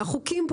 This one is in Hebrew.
והחוקים פה,